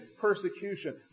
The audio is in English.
persecution